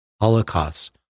holocaust